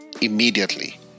immediately